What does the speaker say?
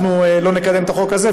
אנחנו לא נקדם את החוק הזה,